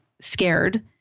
scared